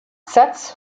satz